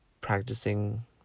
practicing